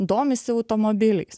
domisi automobiliais